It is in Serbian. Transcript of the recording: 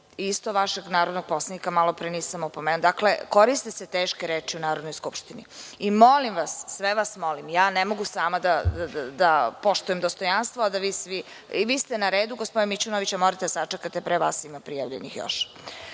Isto vašeg narodnog poslanika malopre nisam opomenula. Dakle, koriste se teške reči u Narodnoj skupštini i molim vas, sve vas molim, ne mogu sama da poštujem dostojanstvo, a da vi svi …I vi ste na redu gospodine Mićunoviću, morate da sačekate pre vas ima prijavljenih još.